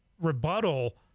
rebuttal